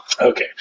Okay